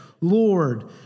Lord